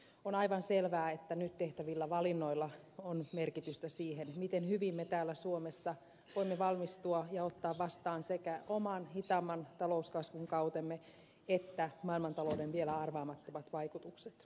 on aivan selvää että nyt tehtävillä valinnoilla on merkitystä sille miten hyvin me täällä suomessa voimme valmistautua ja ottaa vastaan sekä oman hitaamman talouskasvun kautemme että maailmantalouden vielä arvaamattomat vaikutukset